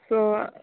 so